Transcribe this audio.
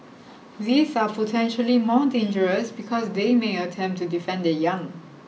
these are potentially more dangerous because they may attempt to defend their young